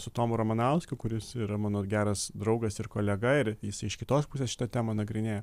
su tomu ramanausku kuris yra mano geras draugas ir kolega ir jis iš kitos pusės šitą temą nagrinėja